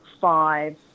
five